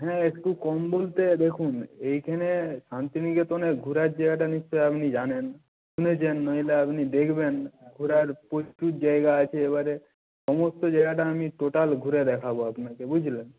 হ্যাঁ একটু কম বলতে দেখুন এইখানে শান্তিনিকেতনে ঘোরার জায়গাটা নিশ্চয়ই আপনি জানেন শুনেছেন নইলে আপনি দেখবেন ঘোরার প্রচুর জায়গা আছে এবারে সমস্ত জায়গাটা আমি টোটাল ঘুরিয়ে দেখাব আপনাকে বুঝলেন